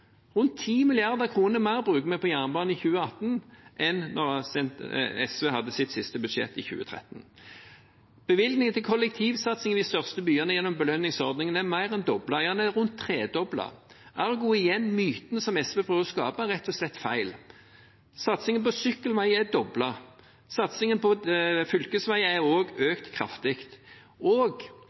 Rundt 10 mrd. kr mer bruker vi på jernbane i 2018 enn da SV hadde sitt siste budsjett, i 2013. Bevilgningene til kollektivsatsingen i de største byene gjennom belønningsordningen er mer enn doblet – ja, den er rundt tredoblet. Ergo igjen er mytene som SV prøver å skape, rett og slett feil. Satsingen på sykkelveier er doblet, satsingen på fylkesveier er også økt kraftig, og